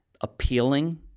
appealing